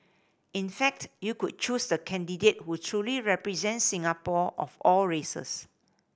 in fact you could choose the candidate who truly represent Singapore of all races